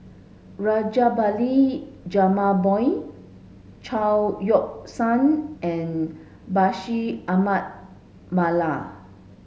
Rajabali Jumabhoy Chao Yoke San and Bashir Ahmad Mallal